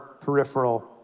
peripheral